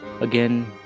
Again